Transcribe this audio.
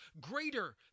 greater